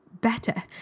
better